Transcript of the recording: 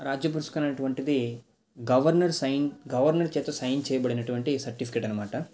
రాజ్య పురస్కార్ అనేటువంటిది governor sign governor చేత సైన్ చేయబడినటువంటి సర్టిసిఫికెట్ అన్నమాట